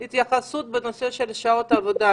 וגם התייחסות בנושא של שעות העבודה,